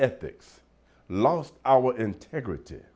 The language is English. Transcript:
epics lost our integrity